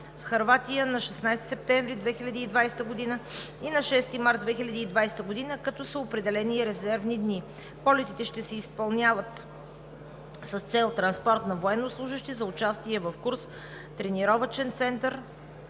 Хърватия на 16 септември 2020 г. и на 6 март 2020 г., като са определени и резервни дни. Полетите ще се изпълняват с цел транспорт на военнослужещи за участие в курс в Тренировъчния център